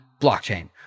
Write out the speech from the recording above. blockchain